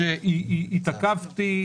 כשהתעכבתי